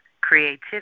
creativity